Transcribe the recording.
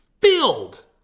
filled